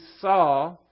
saw